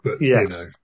Yes